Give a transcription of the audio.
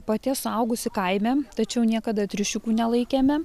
pati esu augusi kaime tačiau niekada triušiukų nelaikėme